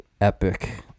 epic